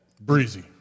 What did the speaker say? Breezy